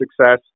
success